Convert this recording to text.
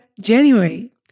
January